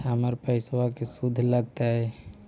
हमर पैसाबा के शुद्ध लगतै?